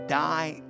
die